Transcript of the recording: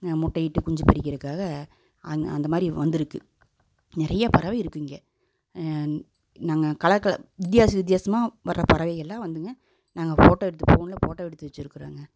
முட்டை இட்டு குஞ்சு பொரிக்கிறதுக்காக அந்தமாதிரி வந்துருக்குது நிறைய பறவை இருக்குது இங்கே நாங்கள் கலர் கலர் வித்தியாச வித்தியாசமாக வர பறவைகள்லாம் வந்துங்க நாங்கள் ஃபோட்டோ எடுத்து போனில் ஃபோட்டோ எடுத்து வச்சிருக்குறோங்க